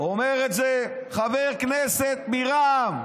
אומר את זה חבר כנסת מרע"מ.